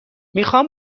میخوام